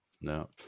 No